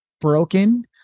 broken